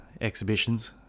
exhibitions